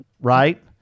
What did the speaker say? right